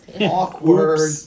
Awkward